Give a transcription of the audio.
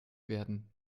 werden